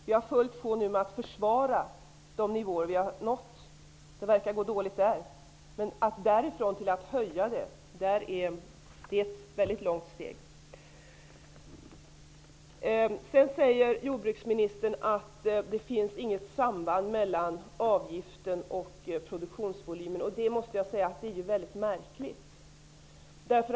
Vi har nu fullt sjå med att försvara de nivåer som vi har nått -- det verkar gå dåligt med det. Därifrån till att höja ambitionsnivån är det ett väldigt långt steg. Jordbruksministern säger att det inte finns något samband mellan avgiften och produktionsvolymen. Det är, måste jag säga, väldigt märkligt.